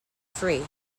free